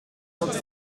dat